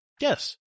Yes